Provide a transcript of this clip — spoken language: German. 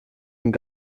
und